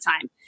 time